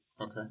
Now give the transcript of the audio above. Okay